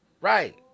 Right